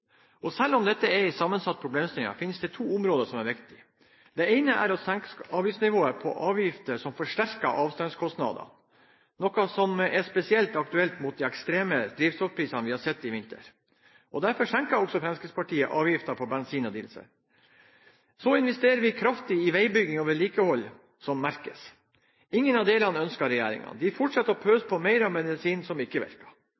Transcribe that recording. og selv om dette er en sammensatt problemstilling, fins det to områder som er viktige. Det ene er å senke nivået på avgifter som forsterker avstandskostnadene, noe som er spesielt aktuelt med de ekstreme drivstoffprisene vi har sett i vinter. Derfor senker også Fremskrittspartiet avgiftene på bensin og diesel. Så investerer vi kraftig i veibygging og vedlikehold, som merkes. Ingen av delene ønsker regjeringen. Den fortsetter å